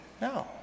No